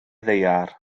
ddaear